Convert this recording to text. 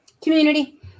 Community